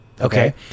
Okay